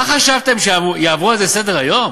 מה חשבתם, שיעברו על זה לסדר-היום?